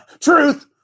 truth